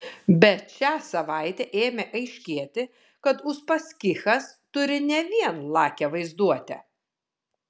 bet šią savaitę ėmė aiškėti kad uspaskichas turi ne vien lakią vaizduotę